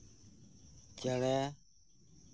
ᱪᱮᱬᱮ